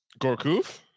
Gorkov